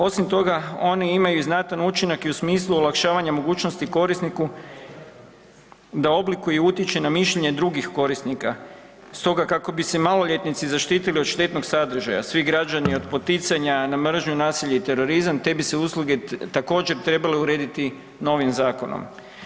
Osim toga, oni imaju znatan učinak i u smislu olakšavanja mogućnosti korisniku da oblikuje i utječe na mišljenje drugih korisnika, stoga kako bi se maloljetnici zaštitili od štetnog sadržaja, svi građani od poticanja na mržnju, nasilje i terorizam, te bi se usluge također, trebale urediti novim zakonom.